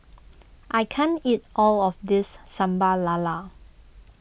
I can't eat all of this Sambal Lala